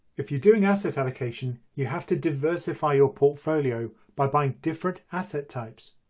if you're doing asset allocation you have to diversify your portfolio by buying different asset types.